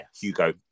Hugo